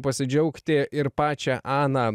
pasidžiaugti ir pačią aną